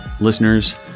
listeners